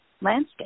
landscape